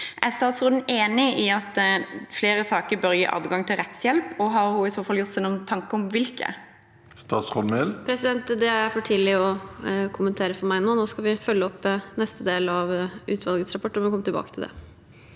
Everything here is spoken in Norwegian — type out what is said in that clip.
Er statsråden enig i at flere saker bør gi adgang til rettshjelp, og har hun i så fall gjort seg noen tanker om hvilke? Statsråd Emilie Mehl Det er for tidlig for meg å kommentere nå. Nå skal vi følge opp neste del av utvalgets rapport, og vi må komme tilbake til det.